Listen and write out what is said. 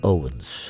Owens